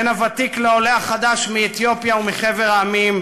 בין הוותיק לעולה החדש מאתיופיה ומחבר המדינות,